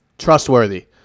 trustworthy